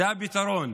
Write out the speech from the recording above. זה הפתרון,